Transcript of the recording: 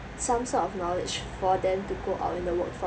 some sort of knowledge for them to go out in the workforce